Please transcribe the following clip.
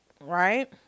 right